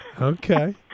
Okay